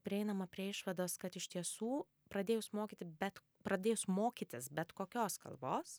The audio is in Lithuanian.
prieinama prie išvados kad iš tiesų pradėjus mokyti bet pradėjus mokytis bet kokios kalbos